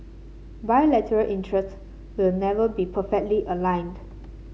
bilateral interest will never be perfectly aligned